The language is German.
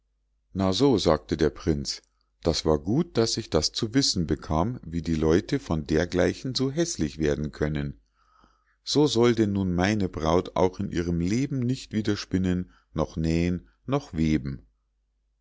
na so sagte der prinz das war gut daß ich das zu wissen bekam wie die leute von dergleichen so häßlich werden können so soll denn nun meine braut auch in ihrem leben nicht wieder spinnen noch nähen noch weben